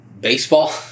baseball